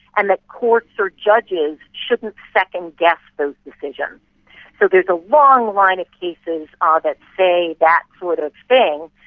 and that courts or judges shouldn't second-guess those decisions. so there's a long line of cases ah that say that sort of thing,